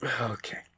Okay